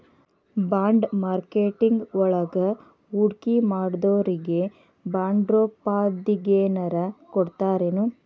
Bond marketing ವಳಗ ಹೂಡ್ಕಿಮಾಡ್ದೊರಿಗೆ ಬಾಂಡ್ರೂಪ್ದಾಗೆನರ ಕೊಡ್ತರೆನು?